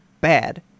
bad